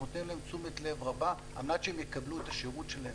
אנחנו נותנים להם תשומת לב רבה על מנת שהם יקבלו את השירות שלהם.